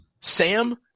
Sam